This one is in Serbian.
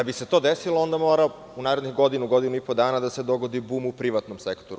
Da bi se to desilo, onda mora u narednih godinu, godinu i po dana da se dogodi bum u privatnom sektoru.